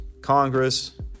Congress